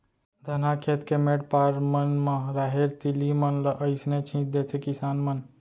धनहा खेत के मेढ़ पार मन म राहेर, तिली मन ल अइसने छीन देथे किसान मन